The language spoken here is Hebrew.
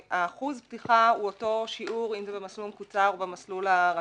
אחוז הפתיחה הוא אותו שיעור אם זה במסלול המקוצר או במסלול הרגיל.